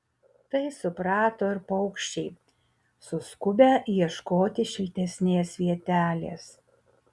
tai suprato ir paukščiai suskubę ieškoti šiltesnės vietelės